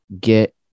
get